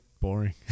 boring